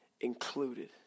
included